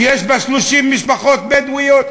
שיש בה 30 משפחות בדואיות,